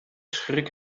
schrik